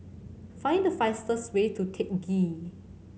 find the fastest way to Teck Ghee